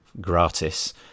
gratis